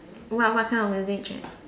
wha~ what kind of music gen~